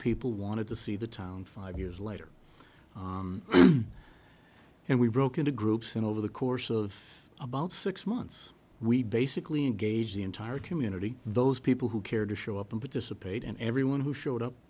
people wanted to see the town five years later and we broke into groups and over the course of about six months we basically engaged the entire community those people who cared to show up and participate and everyone who showed up